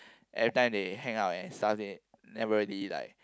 everytime they hangout and stuff they never really like